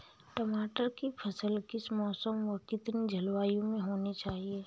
टमाटर की फसल किस मौसम व कितनी जलवायु में होनी चाहिए?